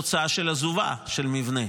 תוצאה של עזובה של מבנה.